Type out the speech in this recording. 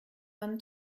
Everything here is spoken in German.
man